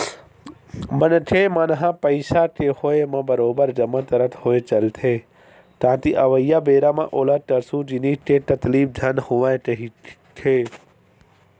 मनखे मन ह पइसा के होय म बरोबर जमा करत होय चलथे ताकि अवइया बेरा म ओला कुछु जिनिस के तकलीफ झन होवय कहिके